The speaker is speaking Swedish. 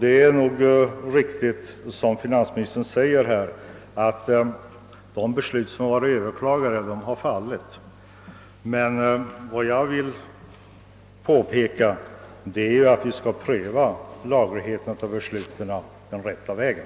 Det är nog riktigt, som finansministern säger, att de beslut som överklagats har fallit. Vad jag vill påpeka är emellertid att vi skall pröva lagligheten av besluten den rätta vägen.